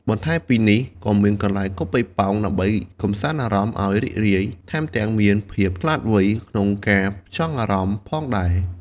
បន្ថែមពីនេះ ក៏មានកន្លែងគប់ប៉េងប៉ោង ដើម្បីកំសាន្តអារម្មណ៍អោយរីករាយ ថែមទាំងមានភាពឆ្លាតវ័យក្នុងការផ្ចង់អារម្មណ៍ផងដែរ។